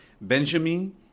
Benjamin